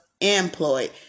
employed